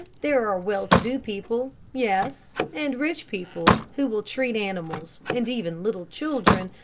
there are well-to-do people, yes, and rich people, who will treat animals, and even little children,